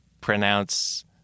pronounce